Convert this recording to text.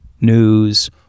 news